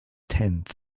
tenths